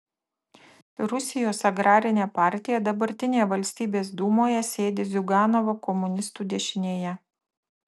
rusijos agrarinė partija dabartinėje valstybės dūmoje sėdi ziuganovo komunistų dešinėje